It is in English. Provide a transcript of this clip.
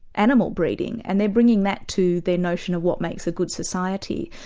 animal breeding, and they're bringing that to their notion of what makes a good society.